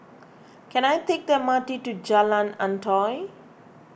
can I take the M R T to Jalan Antoi